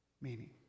meaning